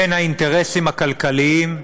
בין האינטרסים הכלכליים,